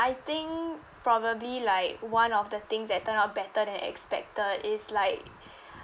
think probably like one of the things that turn out better than expected is like